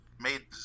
made